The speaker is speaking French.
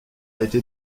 été